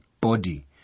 body